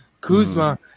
Kuzma